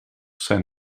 zijn